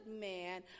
man